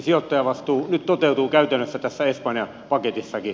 sijoittajavastuu nyt toteutuu käytännössä tässä espanja paketissakin